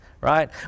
Right